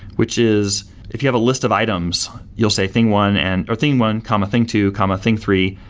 which is if you have a list of items, you'll say thing one and or thing one, comma thing two, comma thing three,